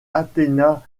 athéna